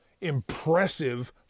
impressive